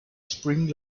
spring